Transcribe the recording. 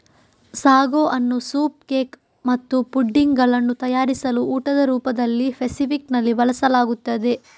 sago ಅನ್ನು soup cake ಮತ್ತು pudding ಗಳನ್ನು ತಯಾರಿಸಲು ಊಟದ ರೂಪದಲ್ಲಿ ಫೆಸಿಫಿಕ್ ನಲ್ಲಿ ಬಳಸಲಾಗುತ್ತದೆ